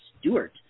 Stewart